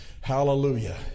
Hallelujah